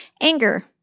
Anger